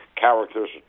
characters